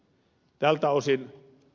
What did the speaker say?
tältä osin ed